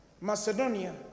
Macedonia